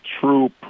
true